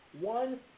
one